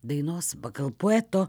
dainos pagal poeto